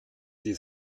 sie